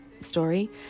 story